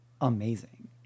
amazing